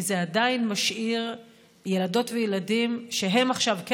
כי זה עדיין משאיר ילדות וילדים שהם עכשיו כן